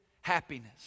happiness